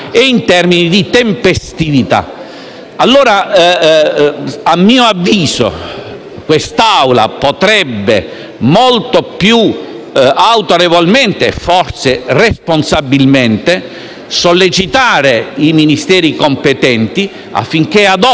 A mio avviso, quest'Aula potrebbe molto più autorevolmente e forse responsabilmente, sollecitare i Ministeri competenti affinché adottino gli atti amministrativi